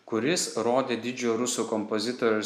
kuris rodė didžiojo rusų kompozitoriaus